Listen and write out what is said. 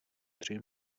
tři